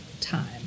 time